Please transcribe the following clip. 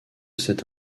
cet